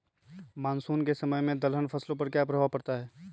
Monsoon के समय में दलहन फसलो पर क्या प्रभाव पड़ता हैँ?